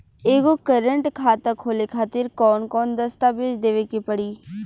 एगो करेंट खाता खोले खातिर कौन कौन दस्तावेज़ देवे के पड़ी?